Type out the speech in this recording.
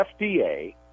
FDA